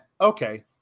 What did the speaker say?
Okay